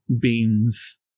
beams